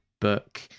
book